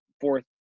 fourth –